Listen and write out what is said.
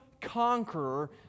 conqueror